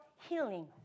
healing